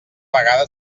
vegada